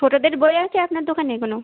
ছোটোদের বই আছে আপনার দোকানে কোনো